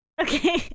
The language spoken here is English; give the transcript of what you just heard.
Okay